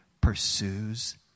pursues